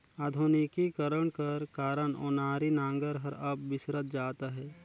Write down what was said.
आधुनिकीकरन कर कारन ओनारी नांगर हर अब बिसरत जात अहे